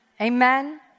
Amen